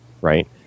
right